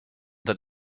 that